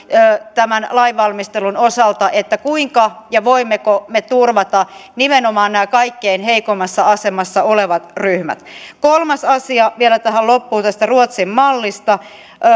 tämän lainvalmistelun osalta kuinka turvataan ja voimmeko me turvata nimenomaan nämä kaikkein heikoimmassa asemassa olevat ryhmät kolmas asia vielä tähän loppuun tästä ruotsin mallista